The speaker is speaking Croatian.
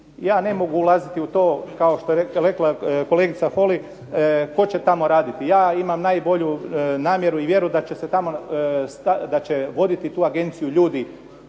Ja ne mogu ulaziti u to, kao što je rekla kolegica Holy, tko će tamo raditi. Ja imam najbolju namjeru i vjeru da će voditi tu agenciju ljudi